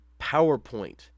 PowerPoint